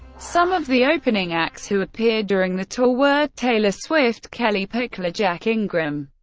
some of the opening acts who appeared during the tour were taylor swift, kellie pickler, jack ingram,